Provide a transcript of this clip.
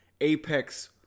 apex